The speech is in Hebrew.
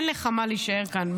אין לך מה להישאר כאן,